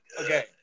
Okay